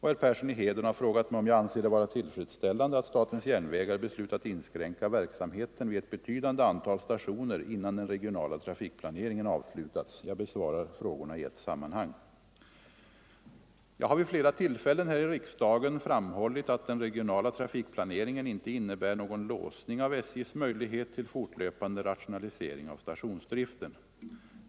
Herr Persson i Heden har frågat mig om jag anser det vara tillfredsställande att statens järnvägar beslutat inskränka verksamheten vid ett betydande antal stationer innan den regionala trafikplaneringen avslutats. Jag besvarar frågorna i ett sammanhang. Jag har vid flera tillfällen här i riksdagen framhållit att den regionala trafikplaneringen inte innebär någon låsning av SJ:s möjlighet till fortlöpande rationalisering av stationsdriften.